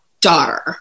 daughter